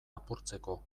apurtzeko